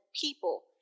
people